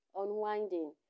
unwinding